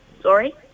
Sorry